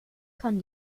kann